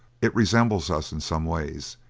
it resembles us in some ways,